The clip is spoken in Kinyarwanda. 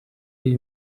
iyi